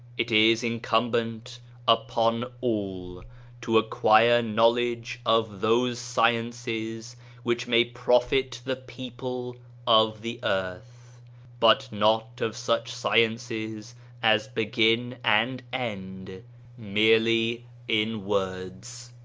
it is in cumbent upon all to acquire knowledge of those sciences which may profit the people of the earthy but not of such sciences as begin and end merely in words.